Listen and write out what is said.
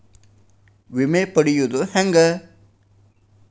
ವಿಮೆ ಪಡಿಯೋದ ಹೆಂಗ್?